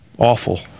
Awful